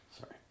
sorry